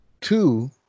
Two